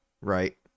right